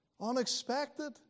unexpected